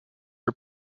are